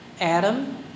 Adam